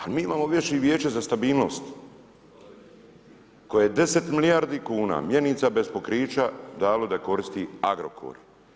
Ali mi imamo već i Vijeće za stabilnost koje je 10 milijardi kuna mjenica bez pokrića dalo da koristi Agrokor.